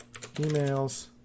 emails